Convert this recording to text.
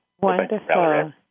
Wonderful